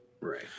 right